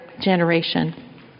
generation